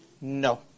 No